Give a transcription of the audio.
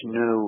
no